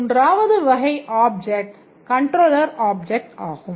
மூன்றாவது வகை object Controller Object ஆகும்